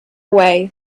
away